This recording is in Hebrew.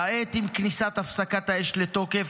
כעת, עם כניסת הפסקת האש לתוקף,